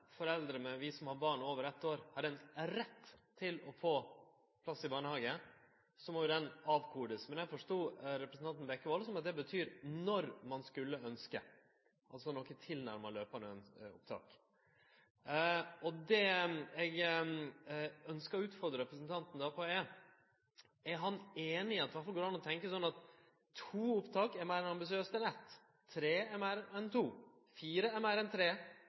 foreldre med barn over eitt år har ein rett til å få plass i barnehage, må jo den avkodast, men eg forstod representanten Bekkevold slik at det betyr når ein skulle ønskje, altså noko tilnærma løpande opptak. Det eg ønskjer å utfordre representanten på, er: Er han einig i at det går an å tenkje sånn at to opptak er meir ambisiøst enn eitt, tre er meir enn to, fire er meir enn tre,